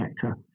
sector